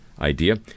idea